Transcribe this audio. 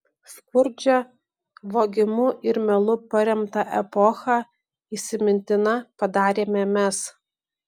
skurdžią vogimu ir melu paremtą epochą įsimintina padarėme mes